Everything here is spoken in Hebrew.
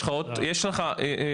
יש לך עוד?